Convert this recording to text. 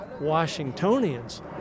Washingtonians